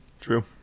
True